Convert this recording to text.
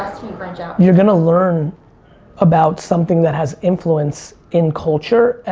you branch out you're gonna learn about something that has influence in culture.